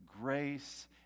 grace